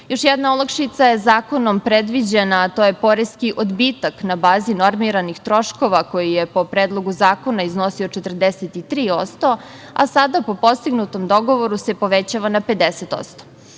jedna olakšica je zakonom predviđena, a to je poreski odbitak na bazi normiranih troškova koji je po predlogu zakona iznosio 43%, a sada po postignutom dogovoru se povećava na 50%.